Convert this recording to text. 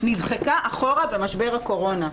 נדחקה אחורה במשבר הקורונה.